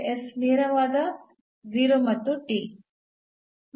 s ನೇರವಾದ 0 ಮತ್ತು t